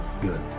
Good